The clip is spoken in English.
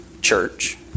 church